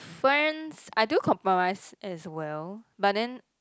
friends I do compromise as well but then